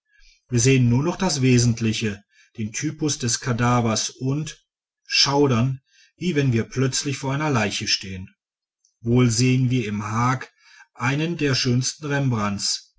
wir sehen nur noch das wesentliche den typus des kadavers und schaudern wie wenn wir plötzlich vor einer leiche stehen wohl sehen wir im haag einen der schönsten rembrandts